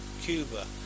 cuba